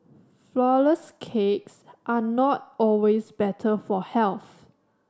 flourless cakes are not always better for health